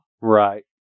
Right